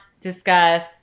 discuss